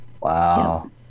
Wow